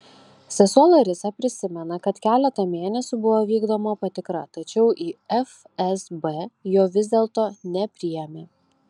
sesuo larisa prisimena kad keletą mėnesių buvo vykdoma patikra tačiau į fsb jo vis dėlto nepriėmė